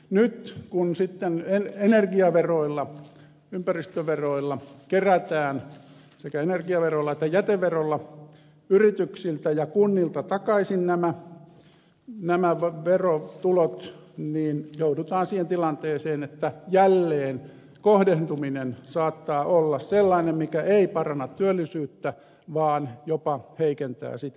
nyt kun sitten energiaveroilla ympäristöveroilla kerätään sekä energiaverolla että jäteverolla yrityksiltä ja kunnilta takaisin nämä verotulot niin joudutaan siihen tilanteeseen että jälleen kohdentuminen saattaa olla sellainen mikä ei paranna työllisyyttä vaan jopa heikentää sitä